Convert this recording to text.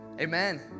amen